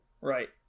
Right